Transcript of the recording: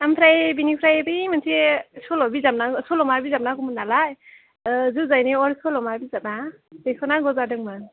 ओमफ्राय बेनिफ्राय बे मोनसे सल' बिजाब नांगौ सल'मा बिजाब नांगौमोन नालाय जुजायनि अर सल'मा बिजाबा बेखौ नांगौ जादोंमोन